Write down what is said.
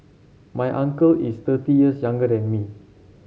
my uncle is thirty years younger than me